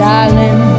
Darling